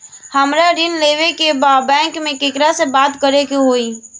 हमरा ऋण लेवे के बा बैंक में केकरा से बात करे के होई?